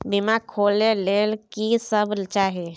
बीमा खोले के लेल की सब चाही?